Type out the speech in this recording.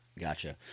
gotcha